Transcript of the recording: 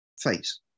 face